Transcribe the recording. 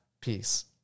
peace